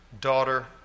daughter